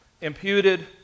imputed